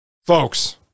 Folks